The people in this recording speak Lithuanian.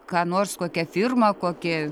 ką nors kokia firma kokį